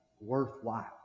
worthwhile